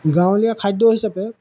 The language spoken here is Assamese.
গাঁৱলীয়া খাদ্য হিচাপে